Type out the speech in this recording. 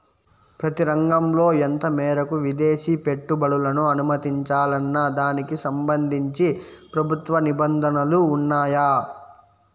ప్రతి రంగంలో ఎంత మేరకు విదేశీ పెట్టుబడులను అనుమతించాలన్న దానికి సంబంధించి ప్రభుత్వ నిబంధనలు ఉన్నాయా?